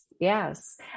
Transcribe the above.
yes